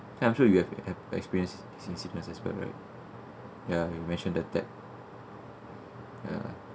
and I'm sure you have have experience since you serve as well right ya you mentioned that that ya